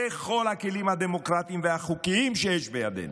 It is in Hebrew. בכל הכלים הדמוקרטיים והחוקיים שיש בידינו,